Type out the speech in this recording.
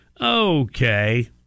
Okay